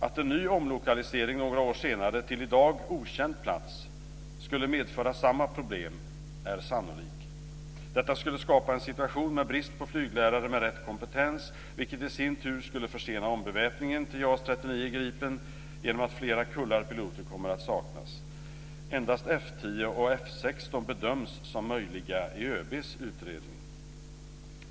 Att en ny omlokalisering några år senare till i dag okänd plats skulle medföra samma problem är sannolikt. Detta skulle skapa en situation med brist på flyglärare med rätt kompetens, vilket i sin tur skulle försena ombeväpningen till JAS 39 Gripen genom att flera kullar av piloter kommer att saknas. Endast F 10 och F 16 bedöms som möjliga i ÖB:s utredning.